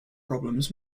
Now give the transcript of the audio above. problems